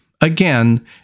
again